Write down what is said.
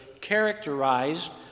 characterized